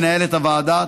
מנהלת הוועדה.